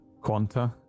Quanta